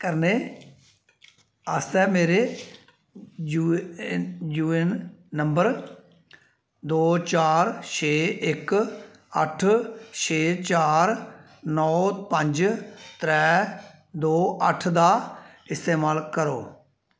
करने आस्तै मेरे यू ए ऐन्न नंबर दो चार छे इक अट्ठ छे चार नौ पंज त्रै दो अट्ठ दा इस्तमाल करो